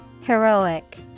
Heroic